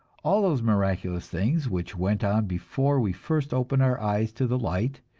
all those miraculous things which went on before we first opened our eyes to the light,